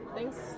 Thanks